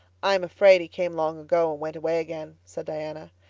i'm afraid he came long ago and went away again, said diana.